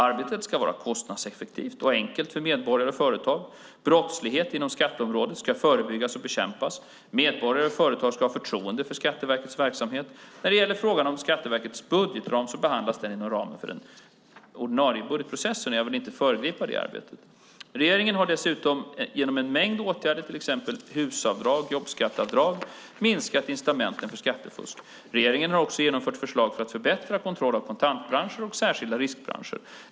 Arbetet ska vara kostnadseffektivt och enkelt för medborgare och företag. Brottslighet inom skatteområdet ska förebyggas och bekämpas. Medborgare och företag ska ha förtroende för Skatteverkets verksamhet. När det gäller frågan om Skatteverkets budgetram behandlas den inom ramen för den ordinarie budgetprocessen. Jag vill inte föregripa det arbetet. Regeringen har dessutom genom en mängd åtgärder, till exempel HUS-avdrag och jobbskatteavdrag, minskat incitamenten för skattefusk. Regeringen har också genomfört förslag för förbättrad kontroll av kontantbranschen och av särskilda riskbranscher.